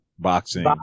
boxing